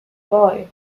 boy